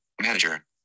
manager